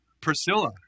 Priscilla